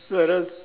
no I don't